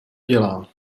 dělá